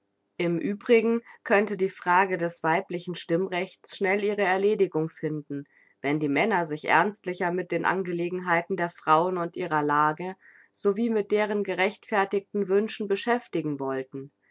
im uebrigen könnte die frage des weiblichen stimmrechts schnell ihre erledigung finden wenn die männer sich ernstlicher mit den angelegenheiten der frauen und ihrer lage sowie mit deren gerechtfertigten wünschen beschäftigen wollten